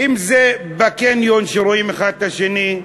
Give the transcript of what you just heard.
אם בקניון, שרואים האחד את השני,